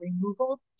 removal